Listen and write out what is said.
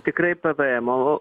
tikrai pvemo